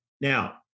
Now